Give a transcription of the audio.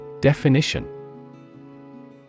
Definition